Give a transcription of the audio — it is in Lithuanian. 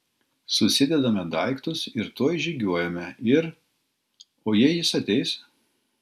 susidedame daiktus ir tuoj žygiuojame ir o jei jis ateis